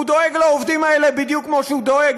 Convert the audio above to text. הוא דואג לעובדים האלה בדיוק כמו שהוא דואג